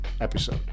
episode